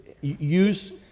use